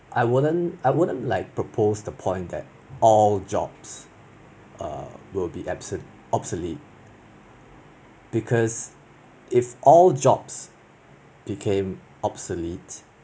I wouldn't I wouldn't like propose the point that all jobs err will be abso~ obsolete because if all jobs became obsolete